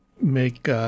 make